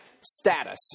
status